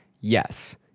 Yes